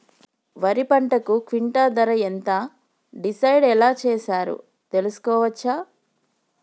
వరి పంటకు క్వింటా ధర ఎంత డిసైడ్ ఎలా చేశారు తెలుసుకోవచ్చా?